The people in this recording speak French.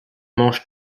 mange